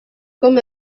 com